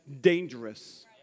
dangerous